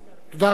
נא לשבת.